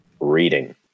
reading